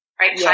right